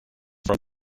from